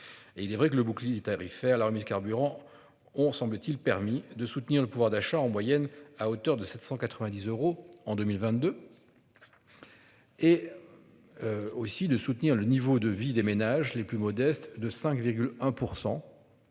il est vrai que le bouclier tarifaire, la remise carburants ont semble-t-il permis de soutenir le pouvoir d'achat en moyenne à hauteur de 790 euros en 2022. Et. Aussi de soutenir le niveau de vie des ménages les plus modestes de 5,1%.